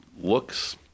looks